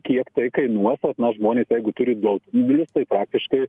kiek tai kainuos vat na žmonės jeigu turi du automobilius tai praktiškai